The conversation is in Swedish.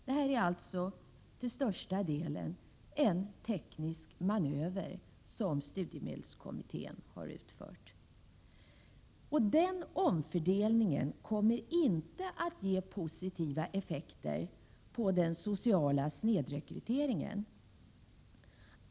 Det här är alltså till största delen en teknisk manöver från studiemedelskommitténs sida. Denna omfördelning kommer inte att ge positiva effekter när det gäller den sociala snedrekryteringen.